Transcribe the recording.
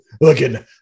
looking